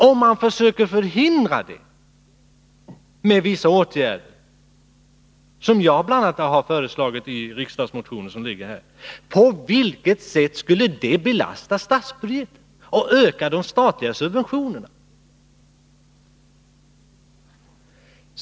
Om man försöker förhindra det med vissa åtgärder, som bl.a. jag föreslagit i riksdagsmotioner, på vilket sätt skulle det belasta statsbudgeten och öka de statliga subventionerna?